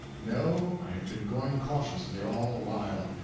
no, i had been going cautiously all the while.